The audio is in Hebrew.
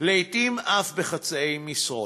לעתים אף בחצאי משרות.